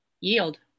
yield